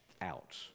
out